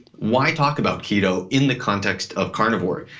why talk about keto in the context of carnivore?